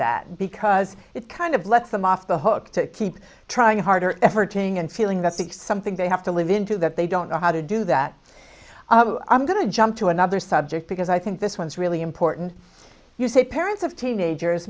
that because it kind of lets them off the hook to keep trying harder effort taking and feeling that's accepting they have to live into that they don't know how to do that i'm going to jump to another subject because i think this one is really important you say parents of teenagers